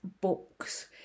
books